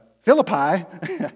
Philippi